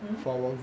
mm